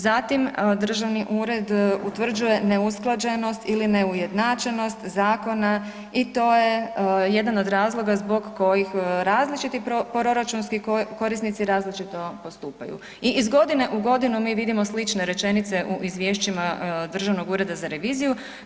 Zatim državni ured utvrđuje neusklađenost ili neujednačenost zakona i to je jedan od razloga zbog kojih različiti proračunski korisnici različito postupaju i iz godine u godinu mi vidimo slične rečenice u izvješćima Državnog ureda za reviziju.